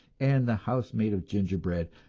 and the house made of ginger-bread,